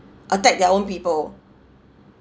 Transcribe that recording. attack their own people